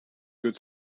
good